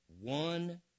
One